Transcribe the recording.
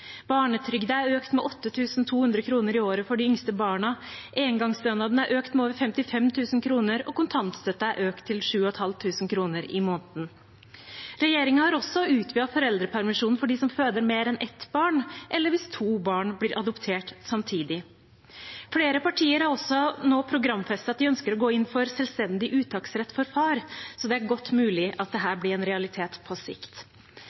Barnetrygden er økt med 8 200 kr i året for de yngste barna. Engangsstønaden er økt med over 55 000 kr, og kontantstøtten er økt til 7 500 kr i måneden. Regjeringen har også utvidet foreldrepermisjonen for dem som føder mer enn ett barn, eller hvis to barn blir adoptert samtidig. Flere partier har nå programfestet at de ønsker å gå inn for selvstendig uttaksrett for far, så det er godt mulig at dette blir en realitet på sikt.